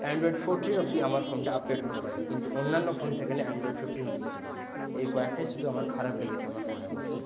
Android fourteen অবধি আমার ফোনটা আপগ্রেড হতে পারে কিন্তু অন্যান্য ফোন সেখানে অ্যান্ড্রয়েড ফিফটিন অবধি যেতে পারে এই কয়েকটাই শুধু আমার খারাপ লেগেছে আমার ফোনের মধ্যে